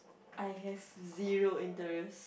I have zero interest